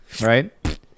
Right